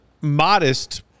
modest